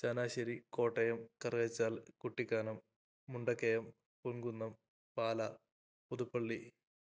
Changanassery Kottayam Karukachal Kuttikkanam Mundakayam Ponkunnam Pala Puthuppally